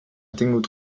tingut